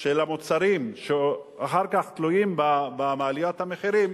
של המוצרים שאחר כך תלויים בעליית המחירים